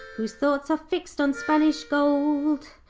whose thoughts are fixed on spanish gold.